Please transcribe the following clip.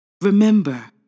Remember